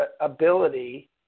ability